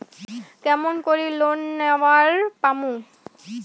কেমন করি লোন নেওয়ার পামু?